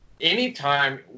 anytime